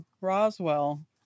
Roswell